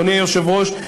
אדוני היושב-ראש,